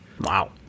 Wow